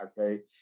okay